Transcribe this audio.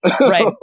right